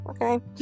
okay